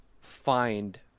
find